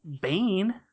Bane